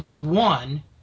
one